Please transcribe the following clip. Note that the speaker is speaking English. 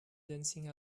dancing